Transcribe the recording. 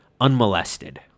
unmolested